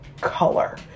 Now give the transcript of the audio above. color